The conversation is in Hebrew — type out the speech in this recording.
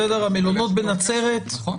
נכון.